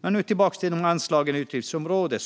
Jag återgår till anslagen för utgiftsområdet.